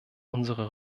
unsere